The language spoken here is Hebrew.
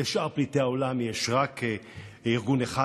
לשאר פליטי העולם יש רק ארגון אחד,